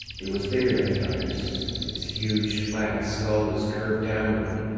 it was bigger than the others. its huge, flattened skull was curved downward,